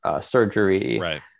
surgery